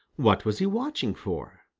what was he watching for?